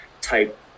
type